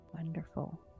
Wonderful